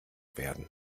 werden